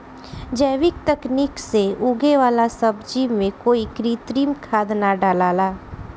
जैविक तकनीक से उगे वाला सब्जी में कोई कृत्रिम खाद ना डलाला